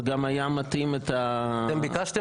וגם היה מתאים את --- אתם ביקשתם